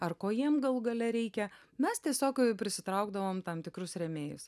ar ko jiem galų gale reikia mes tiesiog pritraukdavom tam tikrus rėmėjus